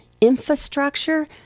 infrastructure